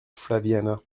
flaviana